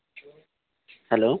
hello